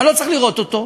אני לא צריך לראות אותו,